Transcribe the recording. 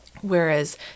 Whereas